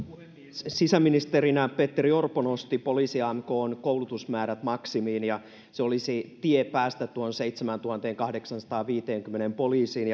sisäministerinä petteri orpo nosti poliisi amkn koulutusmäärät maksimiin ja se olisi tie päästä tuohon seitsemääntuhanteenkahdeksaansataanviiteenkymmeneen poliisiin